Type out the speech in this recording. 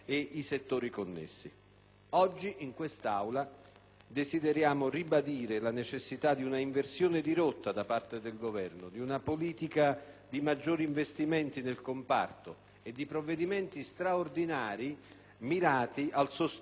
Oggi, in quest'Aula, desideriamo ribadire la necessità di un'inversione di rotta da parte del Governo, di una politica di maggiori investimenti nel comparto e di provvedimenti straordinari mirati al sostegno del settore primario.